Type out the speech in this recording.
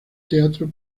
teatro